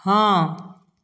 हँ